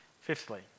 Fifthly